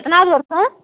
எத்தனாவது வருஷம்